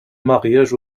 mariage